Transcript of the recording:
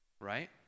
right